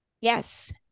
Yes